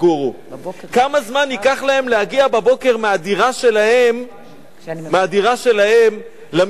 כמה זמן ייקח להם להגיע בבוקר מהדירה שלהם למכללה שלהם?